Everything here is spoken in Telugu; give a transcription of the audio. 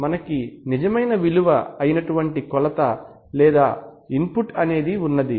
మనకి నిజమైన విలువ అయినటువంటి కొలత లేదా ఇన్పుట్ అనేది ఉన్నది